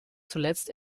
zuletzt